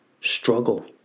struggle